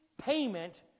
payment